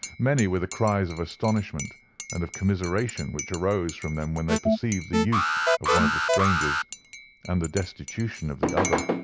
many were the cries of astonishment and of commiseration which arose from them when they perceived the youth of one of the strangers and the destitution of the other.